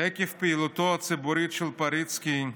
עקב פעילותו הציבורית של פריצקי,